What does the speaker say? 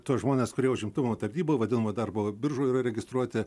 tuos žmones kurie užimtumo tarnyboj vadinamoj darbo biržoj yra registruoti